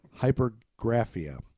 hypergraphia